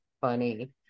funny